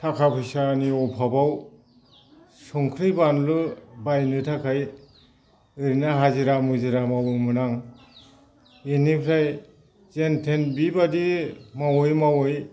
थाखा फैसानि अभाबआव संख्रि बानलु बायनो थाखाय ओरैनो हाजिरा मुजिरा मावोमोन आं इनिफ्राय जेन थेन बिबायदि मावै मावै